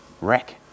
wreck